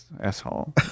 asshole